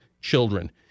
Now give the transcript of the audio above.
children